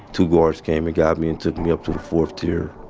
two guards came and got me and took me up to the fourth tier.